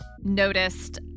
noticed